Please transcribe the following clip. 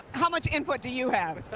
how much input do you have?